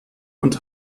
und